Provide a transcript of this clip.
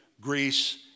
Greece